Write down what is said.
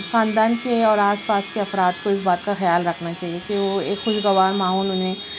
خاندان کے اور آس پاس کے افراد کو اس بات کا خیال رکھنا چاہیے کہ وہ ایک خوشگوار ماحول انہیں